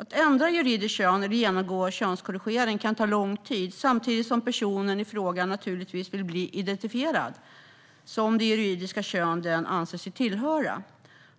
Att ändra juridiskt kön eller genomgå könskorrigering kan ta lång tid, samtidigt som personen i fråga naturligtvis vill bli identifierad som det juridiska kön den anser sig tillhöra.